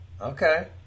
Okay